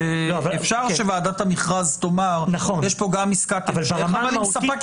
אפשר שוועדת המכרז תאמר יש פה גם עסקת --- נכון.